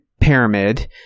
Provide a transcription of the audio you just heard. pyramid